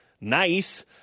nice